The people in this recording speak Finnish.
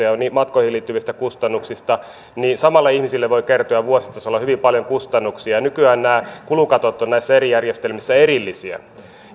ja matkoihin liittyvistä kustannuksista niin samalle ihmiselle voi kertyä vuositasolla hyvin paljon kustannuksia nykyään nämä kulukatot ovat näissä eri järjestelmissä erillisiä